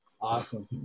Awesome